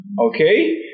Okay